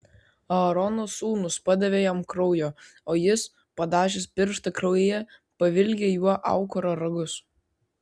aarono sūnūs padavė jam kraujo o jis padažęs pirštą kraujyje pavilgė juo aukuro ragus